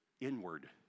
inward